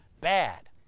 bad